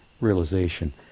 realization